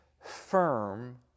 firm